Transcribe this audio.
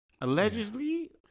allegedly